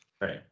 Right